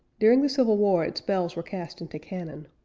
during the civil war its bells were cast into cannon.